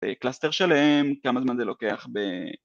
קלסטר שלם, כמה זמן זה לוקח